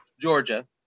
Georgia